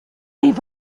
leave